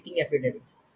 epidemics